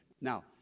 Now